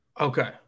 Okay